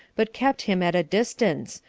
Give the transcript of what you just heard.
but kept him at a distance,